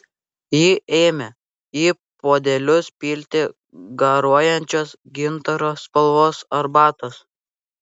ji ėmė į puodelius pilti garuojančios gintaro spalvos arbatos